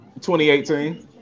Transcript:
2018